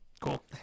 cool